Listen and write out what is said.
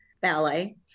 Ballet